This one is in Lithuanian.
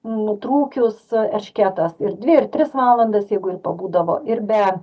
nutrūkius erškėtas ir dvi ir tris valandas jeigu ir pabūdavo ir be